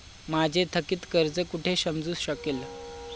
माझे थकीत कर्ज कुठे समजू शकेल?